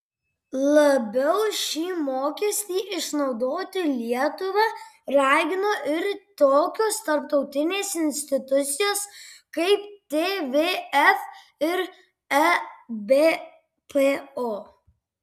labiau šį mokestį išnaudoti lietuvą ragina ir tokios tarptautinės institucijos kaip tvf ir ebpo